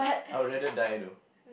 I'll rather die though